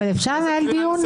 אפשר לנהל דיון?